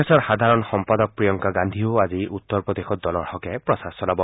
দলৰ সাধাৰণ সম্পাদক প্ৰিয়ংকা গাদ্ধীয়েও আজি উত্তৰ প্ৰদেশত দলৰ হকে প্ৰচাৰ চলাব